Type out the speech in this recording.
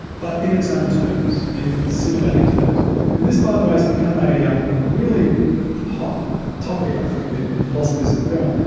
but in its own terms, in cinematic terms. and this by the way has become a um really hot topic i think and in philosophies of film.